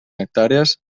hectàrees